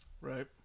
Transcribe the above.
right